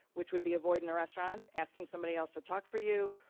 which would be avoiding the restaurant, asking somebody else to talk for you,